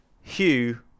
Hugh